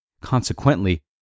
Consequently